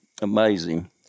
Amazing